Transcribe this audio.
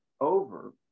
over